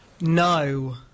No